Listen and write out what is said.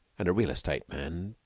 and a real-estate man,